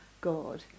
God